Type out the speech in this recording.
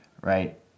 right